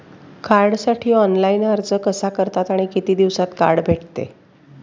कार्डसाठी ऑनलाइन अर्ज कसा करतात आणि किती दिवसांत कार्ड भेटते?